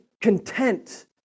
content